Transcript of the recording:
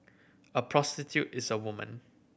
a prostitute is a woman